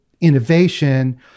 innovation